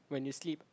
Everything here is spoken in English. when you sleep